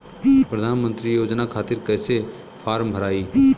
प्रधानमंत्री योजना खातिर कैसे फार्म भराई?